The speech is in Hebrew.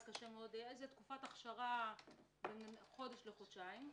היתה תקופת הכשרה לפני חודש או חודשיים.